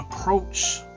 approach